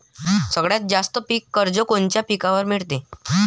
सगळ्यात जास्त पीक कर्ज कोनच्या पिकावर मिळते?